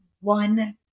one